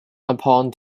upon